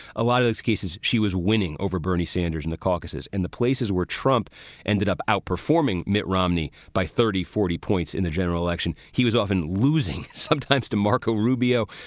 a lot of those cases, she was winning over bernie sanders in the caucuses in the places where trump ended up outperforming mitt romney by thirty, forty points in the general election. he was often losing, sometimes to marco rubio,